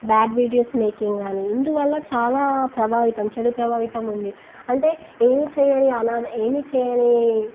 bad videos making గాని ఇందువల్ల చాలా ప్రభావితం చెడు ప్రభావితం ఉంది అంటే ఏమి చేయని అనాధ ఏమి చేయని